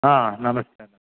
हा नमस्कारः